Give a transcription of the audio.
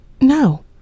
no